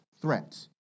Threats